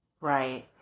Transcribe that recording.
Right